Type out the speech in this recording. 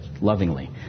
lovingly